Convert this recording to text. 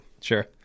Sure